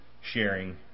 sharing